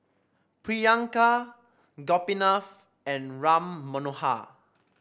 Priyanka Gopinath and Ram Manohar